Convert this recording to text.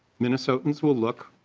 minnesotans will look